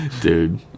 dude